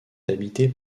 habitée